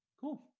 Cool